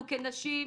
אנחנו כנשים,